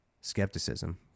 skepticism